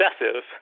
obsessive